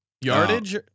yardage